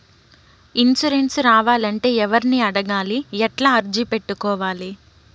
Insurance రావాలంటే ఎవర్ని అడగాలి? ఎట్లా అర్జీ పెట్టుకోవాలి?